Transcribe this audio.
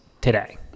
today